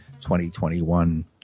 2021